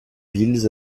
villes